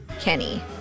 Kenny